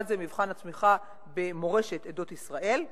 אחד זה מבחן התמיכה במורשת עדות ישראל,